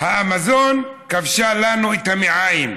אמזון כבשה לנו את המעיים,